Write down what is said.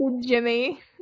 jimmy